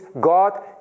God